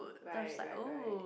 right right right